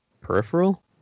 Peripheral